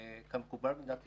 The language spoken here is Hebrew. כמקובל במדינת ישראל,